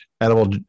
edible